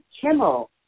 Kimmel